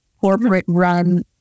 corporate-run